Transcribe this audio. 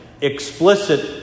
explicit